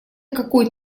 какой